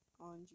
on